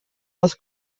els